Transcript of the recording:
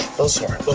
little sore.